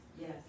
yes